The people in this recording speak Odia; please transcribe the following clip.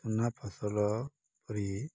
ସୁନା ଫସଲ ପରି